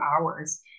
hours